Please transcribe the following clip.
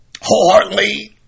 wholeheartedly